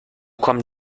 kommen